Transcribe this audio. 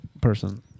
person